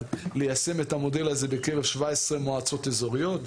ליישם את המודל הזה בקרב 17 מועצות אזוריות.